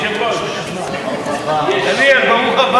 ופונה,